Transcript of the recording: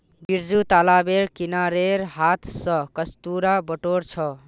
बिरजू तालाबेर किनारेर हांथ स कस्तूरा बटोर छ